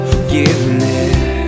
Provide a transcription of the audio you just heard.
Forgiveness